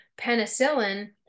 penicillin